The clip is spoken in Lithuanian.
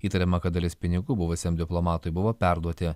įtariama kad dalis pinigų buvusiam diplomatui buvo perduoti